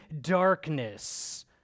darkness